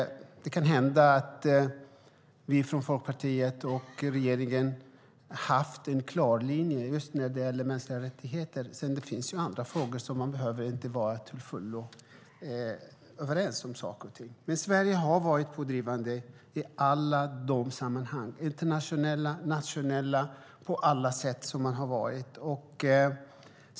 Vi från Folkpartiet och regeringen har haft en klar linje just när det gäller mänskliga rättigheter. Sedan kan det hända att det finns andra frågor där man inte behöver vara till fullo överens om saker och ting. Sverige har varit pådrivande i alla dessa sammanhang - internationellt, nationellt och på alla sätt.